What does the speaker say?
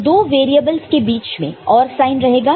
तो दो वैरियेबल्स के बीच में OR साइन रहेगा